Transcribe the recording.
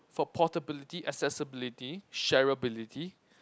for portability accessibility shareability